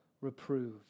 reproved